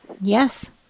Yes